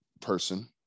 person